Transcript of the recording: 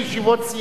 אין צורך,